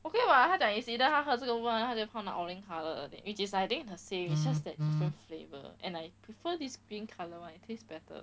okay [what] 她讲 it's either 她喝这个不然她就泡那个 orange colour 的 which is I think the same it's just that 没有 flavour 的 and I prefer this pink colour one it taste better